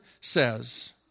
says